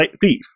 thief